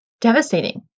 devastating